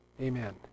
amen